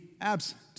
absent